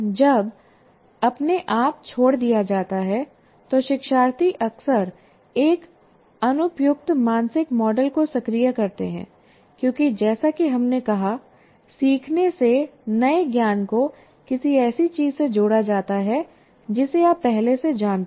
जब अपने आप छोड़ दिया जाता है तो शिक्षार्थी अक्सर एक अनुपयुक्त मानसिक मॉडल को सक्रिय करते हैं क्योंकि जैसा कि हमने कहा सीखने से नए ज्ञान को किसी ऐसी चीज़ से जोड़ा जाता है जिसे आप पहले से जानते हैं